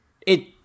It-